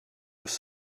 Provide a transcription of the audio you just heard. was